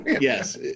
Yes